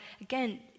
again